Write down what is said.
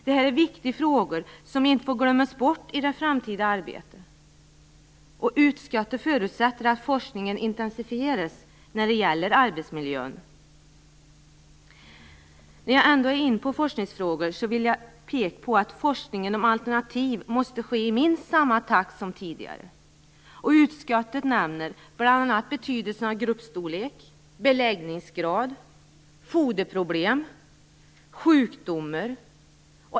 Dessa frågor är viktiga och får inte glömmas bort i det framtida arbetet. Utskottet förutsätter att forskningen intensifieras i fråga om arbetsmiljön. När jag ändå är inne på forskningsfrågor, vill jag peka på att forskningen om alternativ måste ske i minst samma takt som tidigare. Utskottet nämner bl.a. betydelsen av gruppstorlek, beläggningsgrad, foderproblem och sjukdomar.